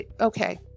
Okay